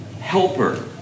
helper